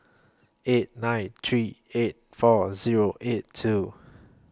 eight nine eight three four Zero eight two